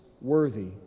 worthy